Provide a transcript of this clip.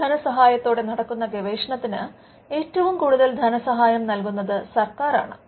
പൊതുധനസഹായത്തോടെ നടക്കുന്ന ഗവേഷണത്തിന് ഏറ്റവും കൂടുതൽ ധനസഹായം നൽകുന്നത് സർക്കാർ ആണ്